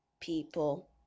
people